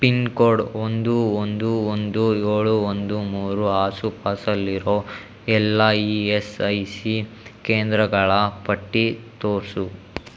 pin code ಒಂದು ಒಂದು ಒಂದು ಏಳು ಒಂದು ಮೂರು ಆಸುಪಾಸಲ್ಲಿರೋ ಎಲ್ಲ ಇ ಎಸ್ ಐ ಸಿ ಕೇಂದ್ರಗಳ ಪಟ್ಟಿ ತೋರಿಸು